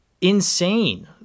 insane